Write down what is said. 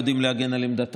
הם יודעים להגן על עמדתם,